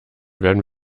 werden